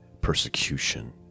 persecution